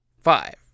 Five